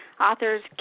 Authors